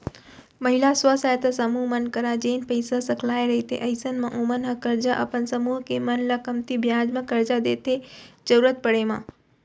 महिला स्व सहायता समूह मन करा जेन पइसा सकलाय रहिथे अइसन म ओमन ह करजा अपन समूह के मन ल कमती बियाज म करजा देथे जरुरत पड़े म